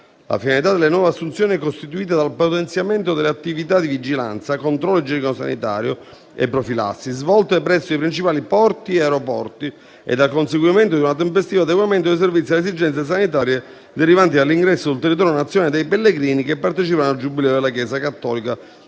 La finalità delle nuove assunzioni è costituita dal potenziamento delle attività di vigilanza, controllo igienico e sanitario e profilassi, svolte presso i principali porti e aeroporti e al conseguimento di un tempestivo adeguamento dei servizi alle esigenze sanitarie, derivanti dall'ingresso sul territorio nazionale dei pellegrini che partecipano al Giubileo della Chiesa cattolica